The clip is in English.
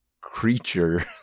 creature